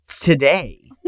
today